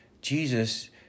Jesus